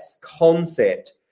concept